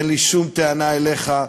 אין לי שום טענה אליך,